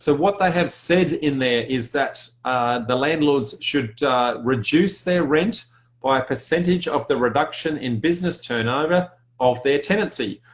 so what they have said in there is that the landlord's should reduce their rent by a percentage of the reduction in business turnover of their tenancy.